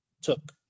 took –